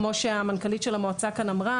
כמו שהמנכ"לית של המועצה אמרה,